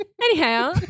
Anyhow